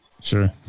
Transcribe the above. sure